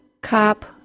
cop